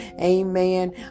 Amen